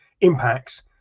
impacts